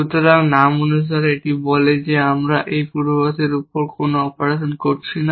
সুতরাং নাম অনুসারে এটি বলে যে আমরা এই পূর্বাভাসের উপর কোন অপারেশন করছি না